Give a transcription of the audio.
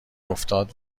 افتاده